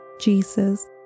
Jesus